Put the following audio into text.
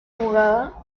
jugaba